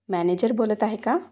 manager बोलत आहे का